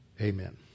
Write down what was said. Amen